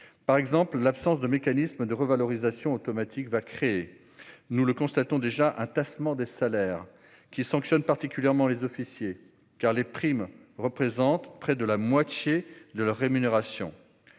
Par exemple, l'absence de mécanisme de revalorisation automatique va créer- nous le constatons déjà -un tassement des salaires, qui sanctionne particulièrement les officiers, car les primes représentent près de la moitié de leur rémunération.